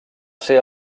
ser